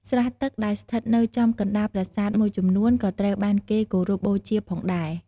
ស្រះទឹកដែលស្ថិតនៅចំកណ្ដាលប្រាសាទមួយចំនួនក៏ត្រូវបានគេគោរពបូជាផងដែរ។